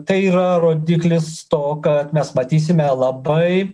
tai yra rodiklis to kad mes matysime labai